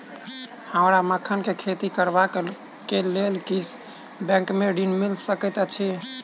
हमरा मखान केँ खेती करबाक केँ लेल की बैंक मै ऋण मिल सकैत अई?